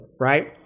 right